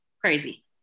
Crazy